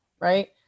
Right